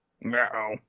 No